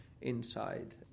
inside